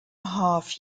half